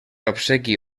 obsequi